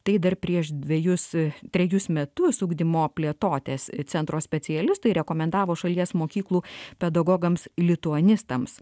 tai dar prieš dvejus trejus metus ugdymo plėtotės centro specialistai rekomendavo šalies mokyklų pedagogams lituanistams